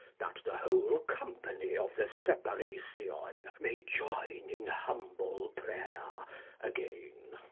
that the whole company of the separation may join in humble prayer again.